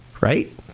Right